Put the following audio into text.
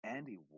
Andy